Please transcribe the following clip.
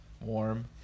warm